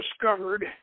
discovered